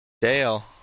Dale